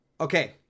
Okay